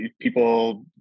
people